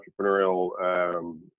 entrepreneurial